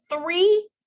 three